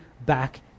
back